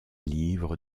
livre